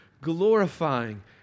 glorifying